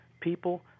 people